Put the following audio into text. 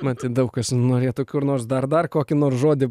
matyt daug kas norėtų kur nors dar dar kokį nors žodį